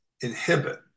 inhibit